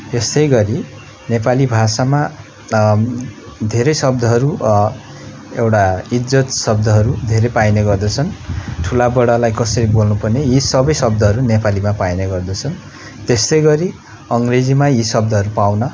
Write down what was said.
यसै गरी नेपाली भाषामा धेरै शब्दहरू एउटा इज्जत शब्दहरू धेरै पाइने गर्दछन् ठुला बडालाई कसेरी बोल्नुपर्ने यी सबै शब्दहरू नेपालीमा पाइने गर्दछन् त्यसै गरी अङ्ग्रेजीमा यी शब्दहरू पाउन